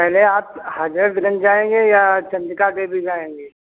पहले आप हजरत गंज जाएंगे या चंडिका देवी जाएंगे